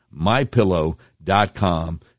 MyPillow.com